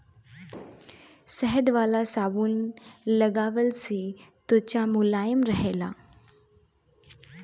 शहद वाला साबुन लगवला से त्वचा मुलायम रहेला